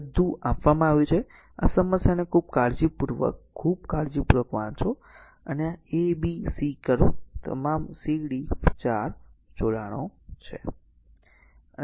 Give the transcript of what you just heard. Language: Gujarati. બધું આપવામાં આવ્યું છે આ સમસ્યાને ખૂબ કાળજીપૂર્વક ખૂબ કાળજીપૂર્વક વાંચો અને આ a b c કરો તમામ c d 4 જોડાણો છે